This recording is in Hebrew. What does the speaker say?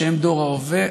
שהם דור ההווה,